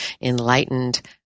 Enlightened